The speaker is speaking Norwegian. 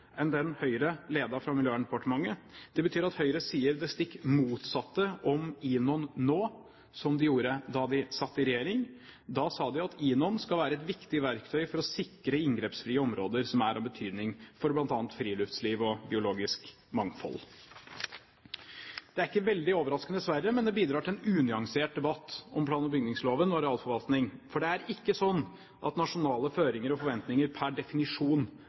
enn den Høyre ledet fra Miljøverndepartementet. Det betyr at Høyre sier det stikk motsatte om INON nå av det de gjorde da de satt i regjering. Da sa de at INON skulle være et viktig verktøy for å sikre inngrepsfrie områder som er av betydning for bl.a. friluftsliv og biologisk mangfold. Det er ikke veldig overraskende, dessverre, men det bidrar til en unyansert debatt om plan- og bygningsloven og arealforvaltning, for det er ikke sånn at nasjonale føringer og forventninger pr. definisjon